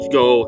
go